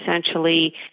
essentially